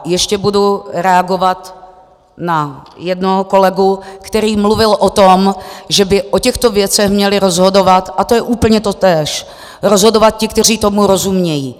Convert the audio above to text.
Ještě budu reagovat na jednoho kolegu, který mluvil o tom, že by o těchto věcech měli rozhodovat, a to je úplně totéž, ti, kteří tomu rozumějí.